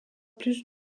plus